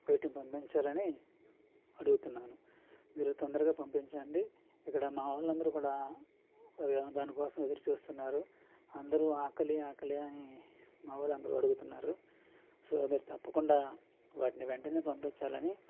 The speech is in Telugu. వీటిని పంపించాలి అని అడుగుతున్నాను మీరు తొందరగా పంపించండి ఇక్కడ మా వాళ్ళు అందరూ కూడా దాని కోసం ఎదురు చూస్తున్నారు అందరూ ఆకలి ఆకలి అని మావాళ్లు అందరూ అడుగుతున్నారు సో మీరు తప్పకుండ వాటిని వెంటనే పంపించాలి అని